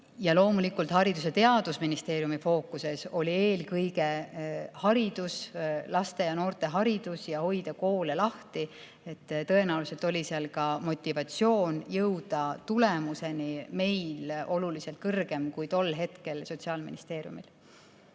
Ja loomulikult Haridus- ja Teadusministeeriumi fookuses oli eelkõige haridus, laste ja noorte haridus, vajadus hoida koole lahti. Tõenäoliselt oli ka motivatsioon selle tulemuseni jõuda meil oluliselt kõrgem kui tol hetkel Sotsiaalministeeriumis.